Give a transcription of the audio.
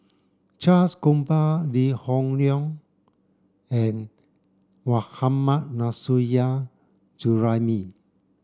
Charles Gamba Lee Hoon Leong and Mohammad Nurrasyid Juraimi